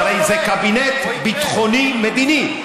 הרי זה קבינט ביטחוני-מדיני,